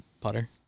putter